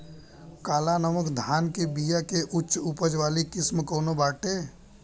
काला नमक धान के बिया के उच्च उपज वाली किस्म कौनो बाटे?